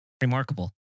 remarkable